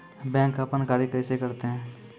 Bank अपन कार्य कैसे करते है?